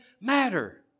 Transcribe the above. matter